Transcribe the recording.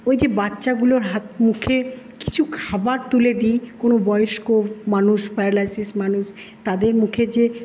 ওই যে বাচ্চাগুলোর হাত মুখে কিছু খাবার তুলে দি কোনো বয়স্ক মানুষ প্যারালাইসিস মানুষ তাদের মুখে যে